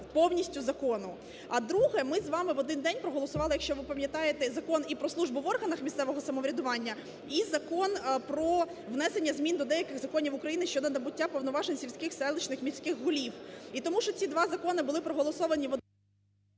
повністю закону. А друге. Ми з вами в один день проголосували, якщо ви пам'ятаєте, Закон і про службу в органах місцевого самоврядування, і Закон про внесення змін до деяких законів України щодо набуття повноважень сільських, селищних, міських голів. І тому, що ці два закони були проголосовані в…